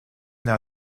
now